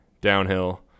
downhill